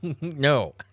No